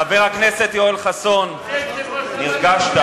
חבר הכנסת יואל חסון, התרגשת.